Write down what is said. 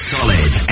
Solid